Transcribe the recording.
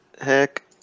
Heck